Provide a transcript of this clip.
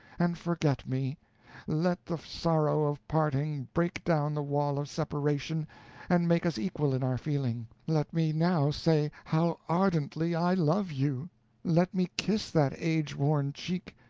and forget me let the sorrow of parting break down the wall of separation and make us equal in our feeling let me now say how ardently i love you let me kiss that age-worn cheek,